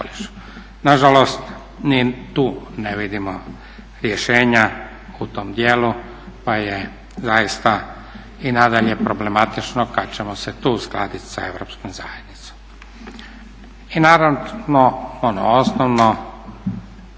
Nažalost ni tu ne vidimo rješenja u tom dijelu pa je zaista i nadalje problematično kada ćemo se tu uskladiti sa Europskom zajednicom. I naravno ono osnovno